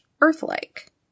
Earth-like